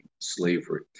slavery